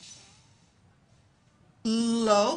לא,